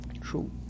True